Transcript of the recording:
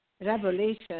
revelation